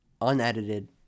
unedited